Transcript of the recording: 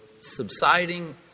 subsiding